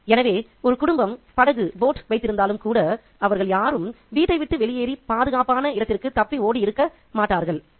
" எனவே ஒரு குடும்பம் படகு வைத்திருந்தாலும் கூட அவர்கள் யாரும் வீட்டை விட்டு வெளியேறி பாதுகாப்பான இடத்திற்கு தப்பி ஓடியிருக்க மாட்டார்கள்